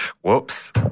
Whoops